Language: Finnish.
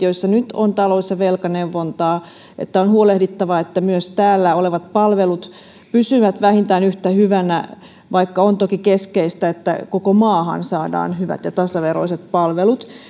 joissa nyt on talous ja velkaneuvontaa on huolehdittava että myös täällä olevat palvelut pysyvät vähintään yhtä hyvänä vaikka on toki keskeistä että koko maahan saadaan hyvät ja tasaveroiset palvelut